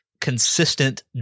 consistent